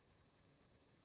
Grazie,